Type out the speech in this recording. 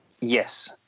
yes